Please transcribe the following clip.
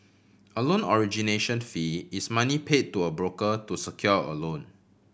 a loan origination fee is money pay to a broker to secure a loan